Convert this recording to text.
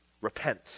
repent